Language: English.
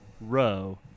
row